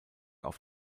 auf